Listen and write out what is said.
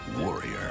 warrior